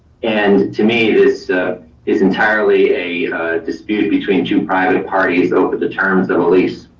and to me, this is entirely a dispute between two private parties over the terms of the lease.